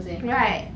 right